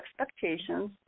expectations